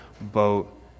boat